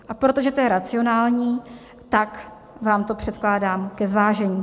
A protože to je racionální, tak vám to předkládám ke zvážení.